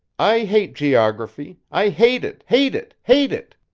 i hate geography! i hate it, hate it, hate it!